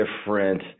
different